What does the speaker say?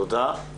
תודה רבה.